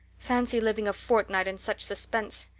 fancy living a fortnight in such suspense!